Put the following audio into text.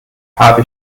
habe